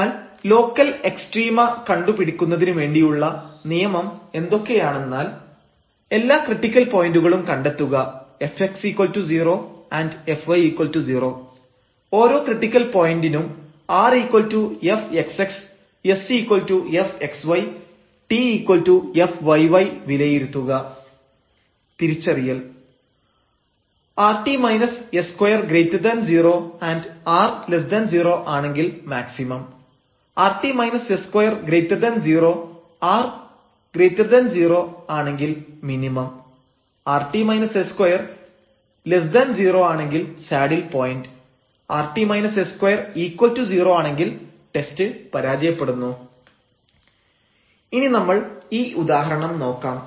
അതിനാൽ local extrema കണ്ടുപിടിക്കുന്നതിനു വേണ്ടിയുള്ള നിയമം എന്തൊക്കെയാണെന്നാൽ • എല്ലാ ക്രിറ്റിക്കൽ പോയന്റുകളും കണ്ടെത്തുക fx0 fy0 • ഓരോ ക്രിട്ടിക്കൽ പോയന്റിനും rfxx sfxy tfyy വിലയിരുത്തുക • തിരിച്ചറിയൽ rt s20 r0 ആണെങ്കിൽ മാക്സിമം rt s20 r0 ആണെങ്കിൽ മിനിമം rt s20 ആണെങ്കിൽ സാഡിൽ പോയന്റ് rt s20 ആണെങ്കിൽ ടെസ്റ്റ് പരാജയപ്പെടുന്നു ഇനി നമ്മൾ ഈ ഉദാഹരണം നോക്കാം